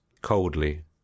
coldly